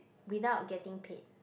without getting paid